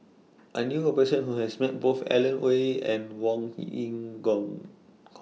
I knew A Person Who has Met Both Alan Oei and Wong Yin Gong